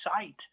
sight